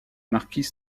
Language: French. marquis